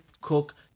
cook